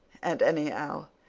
and anyhow,